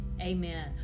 Amen